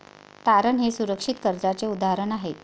तारण हे सुरक्षित कर्जाचे उदाहरण आहे